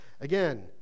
Again